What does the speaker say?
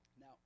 Now